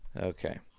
Okay